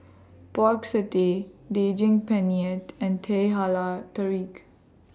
Pork Satay Daging Penyet and Teh Halia Tarik